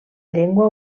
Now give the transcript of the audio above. llengua